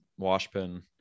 Washpin